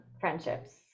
friendships